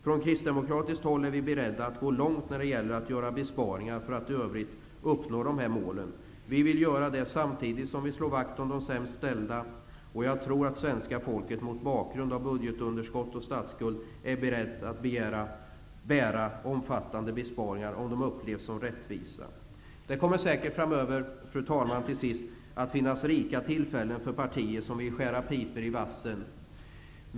Från kristdemokratiskt håll är vi beredda att gå långt när det gäller att göra besparingar för att i övrigt uppnå dessa mål. Vi vill göra det samtidigt som vi slår vakt om de sämst ställda. Jag tror att svenska folket mot bakgrund av budgetunderskott och statsskuld är berett att bära omfattande besparingar om de upplevs som rättvisa. Fru talman! Framöver kommer det säkert att finnas rika tillfällen för partier som vill skära pipor i vassen.